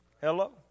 Hello